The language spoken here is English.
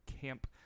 Camp